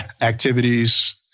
activities